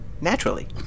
naturally